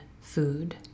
food